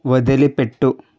వదిలిపెట్టు